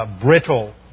brittle